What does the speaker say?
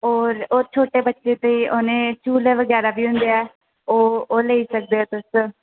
होर होर छोटे बच्चे ते उ'नें झूले बगैरा बी होंदे ऐ ओह् ओह् लेई सकदे ओ तुस